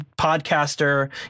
podcaster